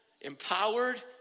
empowered